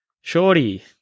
shorty